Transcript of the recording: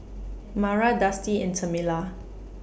Mara Dusty and Tamela